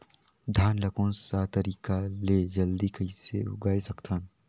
धान ला कोन सा तरीका ले जल्दी कइसे उगाय सकथन?